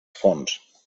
fons